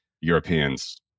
Europeans